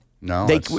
No